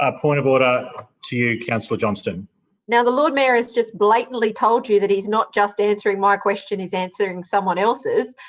ah point of order to you, councillor um now, the lord mayor has just blatantly told you that he's not just answering my question he's answering someone else's.